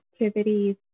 activities